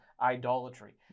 idolatry